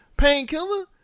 painkiller